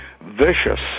vicious